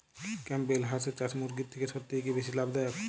Campbell হাঁসের চাষ মুরগির থেকে সত্যিই কি বেশি লাভ দায়ক?